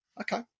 okay